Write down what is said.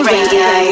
Radio